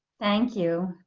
thank you.